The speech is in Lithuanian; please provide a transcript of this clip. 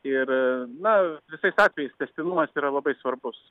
ir na visais atvejais tęstinumas yra labai svarbus